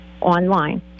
online